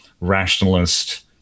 rationalist